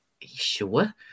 sure